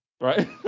Right